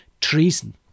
treason